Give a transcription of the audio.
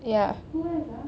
ya